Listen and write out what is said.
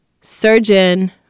surgeon